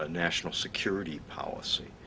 do national security policy